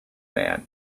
man